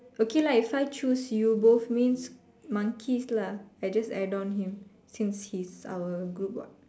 okay lah if I choose you both means monkeys lah I just add on him since he's our group what